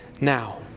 now